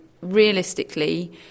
realistically